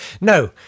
No